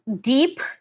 deep